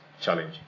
challenge